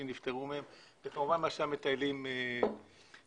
נפטרו ממנו וכמובן מה שהמטיילים משאירים.